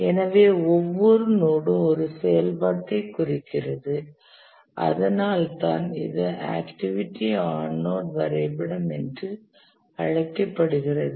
எனவே ஒவ்வொரு நோடும் ஒரு செயல்பாட்டைக் குறிக்கிறது அதனால்தான் இது ஆக்டிவிட்டி ஆன் நோட் வரைபடம் என்று அழைக்கப்படுகிறது